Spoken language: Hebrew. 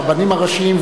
הרבנים הראשיים,